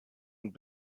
und